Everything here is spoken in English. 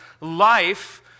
life